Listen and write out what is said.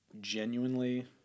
genuinely